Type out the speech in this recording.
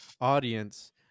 audience